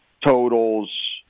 totals